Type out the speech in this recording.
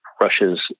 Russia's